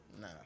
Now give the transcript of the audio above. Nah